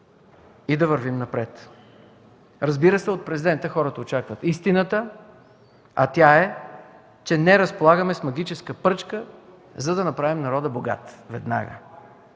и да вървим напред. Разбирате, че от президента хората очакват истината, а тя е, че не разполагаме с магическа пръчка, за да направим народа богат веднага.